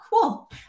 Cool